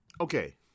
Okay